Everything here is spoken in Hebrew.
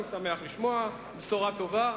אני שמח לשמוע, בשורה טובה.